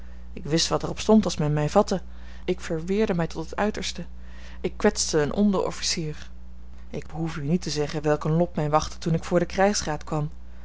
ik wist wat er op stond als men mij vatte ik verweerde mij tot het uiterste ik kwetste een onderofficier ik behoef u niet te zeggen welk een lot mij wachtte toen ik voor den krijgsraad kwam